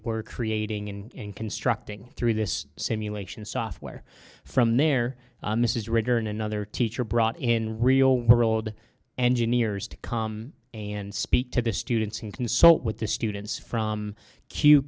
were creating and in constructing through this simulation software from there mrs ritter and another teacher brought in real world engineers to come and speak to the students and consult with the students from